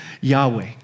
Yahweh